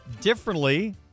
differently